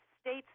state's